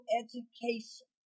education